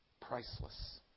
priceless